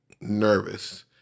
nervous